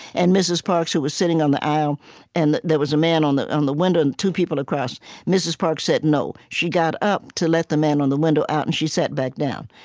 and mrs. parks, who was sitting on the aisle and there was a man on the on the window and two people across mrs. parks, said, no. she got up to let the man on the window out, and she sat back down.